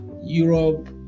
europe